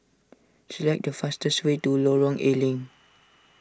select the fastest way to Lorong A Leng